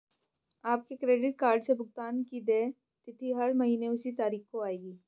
आपके credit card से भुगतान की देय तिथि हर महीने उसी तारीख को आएगी